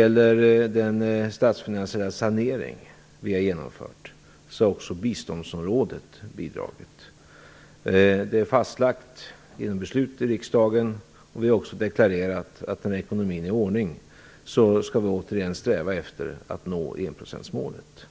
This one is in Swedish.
Till den statsfinansiella sanering som vi har genomfört har också biståndsområdet bidragit. Det är fastlagt genom beslut i riksdagen, och vi har också deklarerat det, att när ekonomin är i ordning skall vi återigen sträva efter att nå enprocentsmålet.